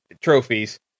trophies